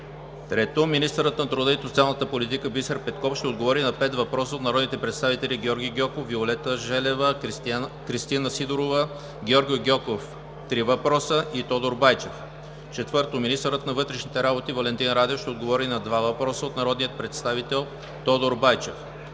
- Министърът на труда и социалната политика Бисер Петков ще отговори на пет въпроса от народните представители Георги Гьоков, Виолета Желева и Кристина Сидорова; Георги Гьоков – три въпроса; и Тодор Байчев. - Министърът на вътрешните работи Валентин Радев ще отговори на два въпроса от народния представител Тодор Байчев.